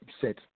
set